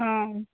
ହଁ